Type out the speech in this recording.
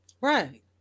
right